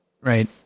right